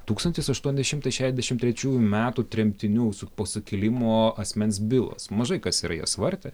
tūkstantis aštuoni šimtai šedešimt trečiųjų metų tremtinių su po sukilimo asmens bilos mažai kas yra jas vartę